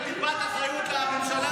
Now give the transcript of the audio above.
השר, אין לכם טיפת אחריות לממשלה?